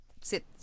sit